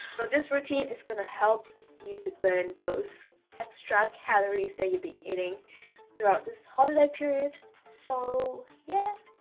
so this routine is going to help you to burn those extra calories that you'll be eating throughout this holiday period so yeah,